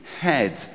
head